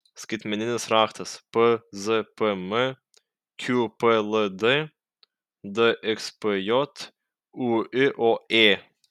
skaitmeninis raktas pzpm qpld dxpj ūioė